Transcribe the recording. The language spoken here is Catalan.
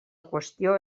qüestió